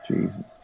Jesus